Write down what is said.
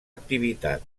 activitat